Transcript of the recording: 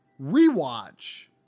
rewatch